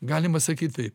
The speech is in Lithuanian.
galima sakyt taip